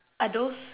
are those